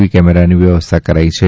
વી કેમેરાની વ્યવસ્થા કરાઈ છે